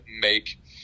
make